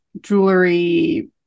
jewelry